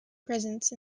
presence